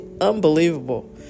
Unbelievable